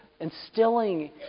instilling